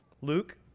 Luke